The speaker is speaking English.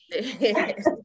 Yes